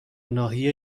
ناحیه